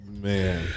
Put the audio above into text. Man